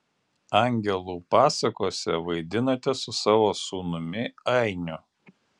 angelų pasakose vaidinate su savo sūnumi ainiu